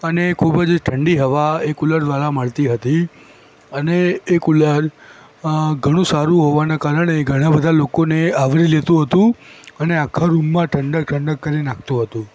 અને ખૂબ જ ઠંડી હવા એ કુલર દ્વારા મળતી હતી અને એ કૂલર ઘણું સારું હોવાના કારણે ઘણા બધા લોકોને આવરી લેતું હતું અને આખા રૂમમાં ઠંડક ઠંડક કરી નાખતું હતું